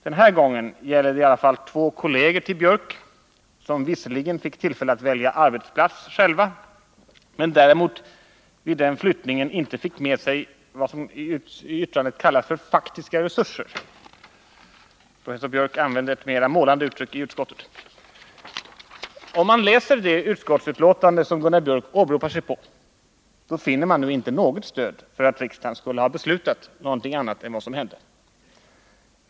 Den här gången gäller det i alla fall två kolleger till Gunnar Biörck som visserligen fick tillfälle att själva välja arbetsplats men däremot vid den flyttningen inte fick med sig sina, som det står i yttrandet, ”faktiska resurser”. Professor Biörck använde ett mera målande uttryck i utskottet. Om man läser det utskottsbetänkande som Gunnar Biörck åberopar finner man nu inte något stöd för att riksdagen skulle ha beslutat någonting annat än det som regeringen verkställde.